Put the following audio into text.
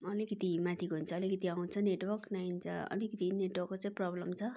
अलिकति माथि गयो भने चाहिँ अलिकति आउँछ नेटवर्क नभए अलिकति नेटवर्कको चाहिँ प्रब्लम छ